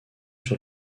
sur